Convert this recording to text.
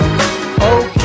Okay